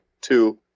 Two